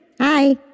Hi